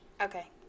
Okay